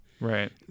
Right